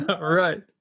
right